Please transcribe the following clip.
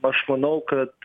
aš manau kad